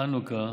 לחנוכה,